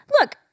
Look